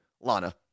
Lana